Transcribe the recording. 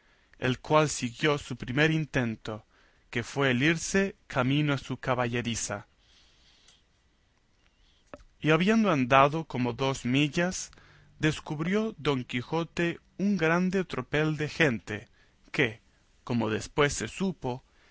el cual siguió su primer intento que fue el irse camino de su caballeriza y habiendo andado como dos millas descubrió don quijote un grande tropel de gente que como después se supo